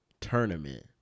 tournament